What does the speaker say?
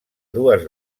dues